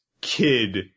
kid